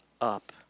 up